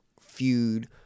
feud